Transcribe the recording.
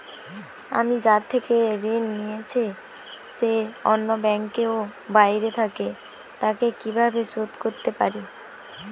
আমি যার থেকে ঋণ নিয়েছে সে অন্য ব্যাংকে ও বাইরে থাকে, তাকে কীভাবে শোধ করতে পারি?